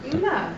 the ah